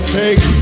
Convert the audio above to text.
take